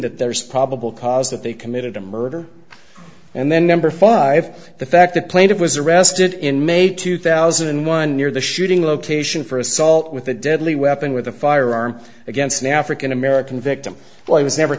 that there is probable cause that they committed a murder and then number five the fact that played it was arrested in may two thousand and one near the shooting location for assault with a deadly weapon with a firearm against now african american victim well i was never